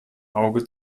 auge